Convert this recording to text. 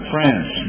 France